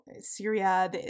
Syria